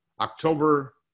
October